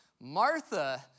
Martha